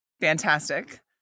Fantastic